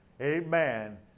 Amen